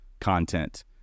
content